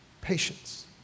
Patience